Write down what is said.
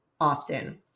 often